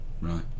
Right